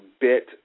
bit